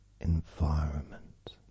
environment